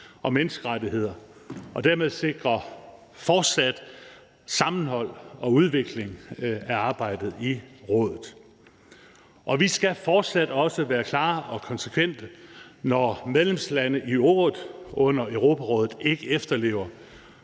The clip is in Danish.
og menneskerettigheder, og dermed sikre fortsat sammenhold og udvikling af arbejdet i rådet. Vi skal fortsat også være klare og konsekvente, når medlemslande under Europarådet ikke efterlever